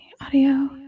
audio